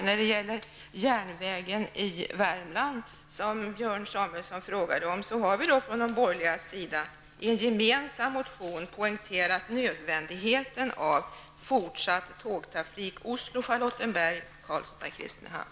När det gäller järnvägen i Värmland, som Björn Samuelson frågade om, har vi från de borgerligas sida i en gemensam motion poängterat nödvändigheten av fortsatt tågtrafik på sträckan